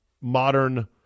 modern